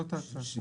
זאת ההצעה.